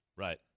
Right